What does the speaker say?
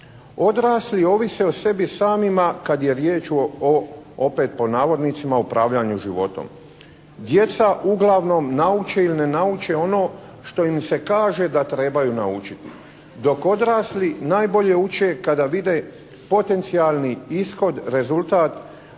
Odrasli ovise o sebi samima kad je riječ o, opet pod navodnicima, upravljanju životom. Djeca uglavnom nauče ili ne nauče ono što im se kaže da trebaju naučiti dok odrasli najbolje uče kada vide potencijalni ishod, rezultat